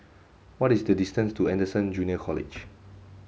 what is the distance to Anderson Junior College